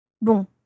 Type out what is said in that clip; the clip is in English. Bon